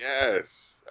Yes